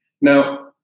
Now